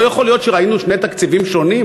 לא יכול להיות שראינו שני תקציבים שונים.